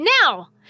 now